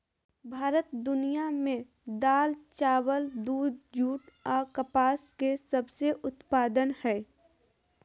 भारत दुनिया में दाल, चावल, दूध, जूट आ कपास के सबसे उत्पादन हइ